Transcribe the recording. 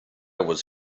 was